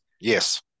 yes